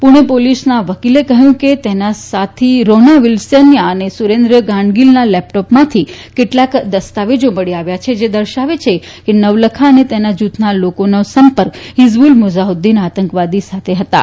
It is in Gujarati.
પૂણે પોલીસના વકીલે જણાવ્યું કે તેના સાથી રોના વિલ્સનના અને સુરેન્દ્ર ગાડલીંગના લેપટોપમાંથી કેટલાક દસ્તાવેજ મળી આવ્યા છે જે દર્શાવે છે કે નવલખા અને તેના જૂથના લોકોના સંપર્ક હિઝબુલ મુજાહ્દ્દીન આતંકવાદી સાથે હતાં